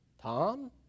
Tom